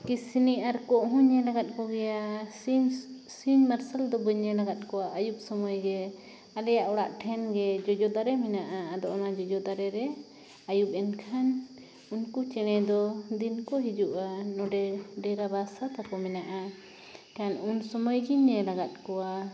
ᱠᱤᱥᱱᱤ ᱟᱨ ᱠᱚᱸᱜ ᱦᱚᱸᱧ ᱧᱮᱞ ᱟᱠᱟᱫ ᱠᱚᱜᱮᱭᱟ ᱥᱤᱧ ᱥᱤᱧ ᱢᱟᱨᱥᱟᱞ ᱫᱚ ᱵᱟᱹᱧ ᱧᱮᱞ ᱟᱠᱟᱫ ᱠᱚᱣᱟ ᱟᱭᱩᱵ ᱥᱚᱢᱚᱭᱜᱮ ᱟᱞᱮᱭᱟᱜ ᱚᱲᱟᱜ ᱴᱷᱮᱱ ᱜᱮ ᱡᱚᱡᱚ ᱫᱟᱨᱮ ᱢᱮᱱᱟᱜᱼᱟ ᱟᱫᱚ ᱚᱱᱟ ᱡᱚᱡᱚ ᱫᱟᱨᱮ ᱨᱮ ᱟᱭᱩᱵ ᱮᱱᱠᱷᱟᱱ ᱩᱱᱠᱩ ᱪᱮᱬᱮ ᱫᱚ ᱫᱤᱱ ᱠᱚ ᱦᱤᱡᱩᱜᱼᱟ ᱱᱚᱰᱮ ᱰᱮᱨᱟ ᱵᱟᱥᱟ ᱛᱟᱠᱚ ᱢᱮᱱᱟᱜᱼᱟ ᱠᱷᱟᱱ ᱩᱱᱥᱚᱢᱟᱹᱭ ᱜᱤᱧ ᱧᱮᱞ ᱟᱠᱟᱫ ᱠᱚᱣᱟ